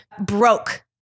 broke